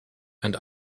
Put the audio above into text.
and